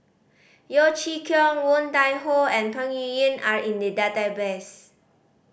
Yeo Chee Kiong Woon Tai Ho and Peng Yuyun are in the database